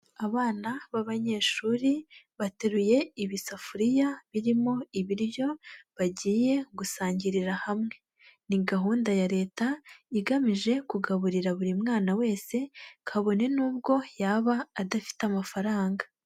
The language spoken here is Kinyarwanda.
Abana b'abanyeshuri bateruye ibisafuriya birimo ibiryo bagiye gusangirira hamwe, ni gahunda ya Leta igamije kugaburira buri mwana wese kabone n'ubwo yaba adafite amafaranga.